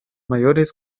mayores